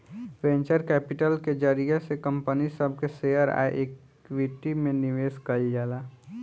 venture capital के जरिया से कंपनी सब के शेयर आ इक्विटी में निवेश कईल जाला